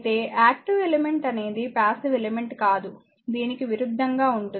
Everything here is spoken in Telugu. అయితే యాక్టివ్ ఎలిమెంట్ అనేది పాసివ్ ఎలిమెంట్ కాదు దీనికి విరుద్ధంగా ఉంటుంది